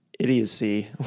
Idiocy